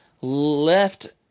Left